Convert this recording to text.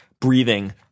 breathing